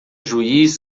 juiz